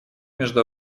между